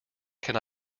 can